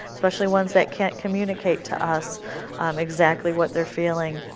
especially ones that can't communicate to us exactly what they are feeling.